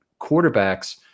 quarterbacks